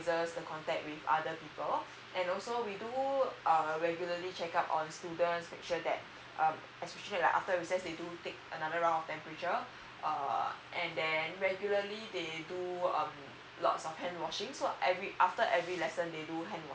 the contact with other people and also we do uh regularly check up on students make sure that uh especially like after recess uh they do take another round of temperature uh and then regularly they do um lots of hand washing so every after every lesson they do hand